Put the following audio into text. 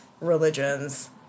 religions